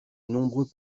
nombreux